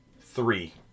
Three